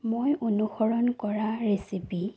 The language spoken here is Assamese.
মই অনুসৰণ কৰা ৰেচিপি